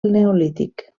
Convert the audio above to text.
neolític